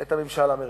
את הממשל האמריקני.